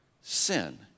sin